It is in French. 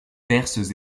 perses